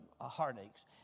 heartaches